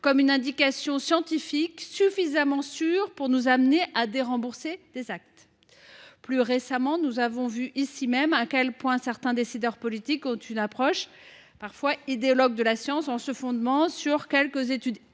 comme une indication scientifique suffisamment sûre pour nous conduire à dérembourser des actes ? Plus récemment, nous avons vu, ici même, à quel point certains décideurs politiques avaient une approche parfois idéologique de la science lorsqu’ils se fondent sur quelques études